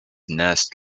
nest